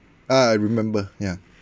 ah I remember yeah